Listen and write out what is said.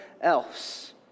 else